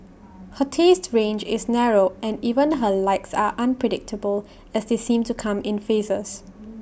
her taste range is narrow and even her likes are unpredictable as they seem to come in phases